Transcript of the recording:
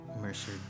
Mercer